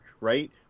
Right